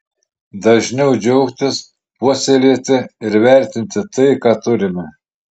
dažniau džiaugtis puoselėti ir vertinti tai ką turime